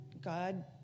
God